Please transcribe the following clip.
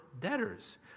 debtors